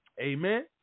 amen